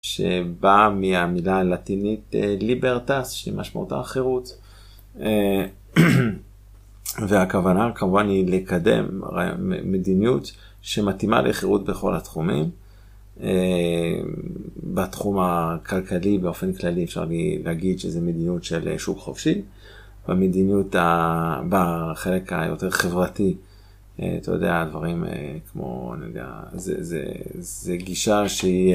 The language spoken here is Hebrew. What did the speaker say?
שבאה מהמילה הלטינית Libertas, שמשמעותה חירות. והכוונה, כמובן, היא לקדם מדיניות שמתאימה לחירות בכל התחומים. בתחום הכלכלי, באופן כללי, אפשר להגיד שזה מדיניות של שוק חופשי. במדיניות ה... בחלק היותר חברתי, אתה יודע, דברים כמו, אני יודע, זה גישה שהיא,